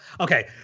Okay